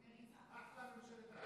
אחלה ממשלת אחדות.